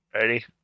Ready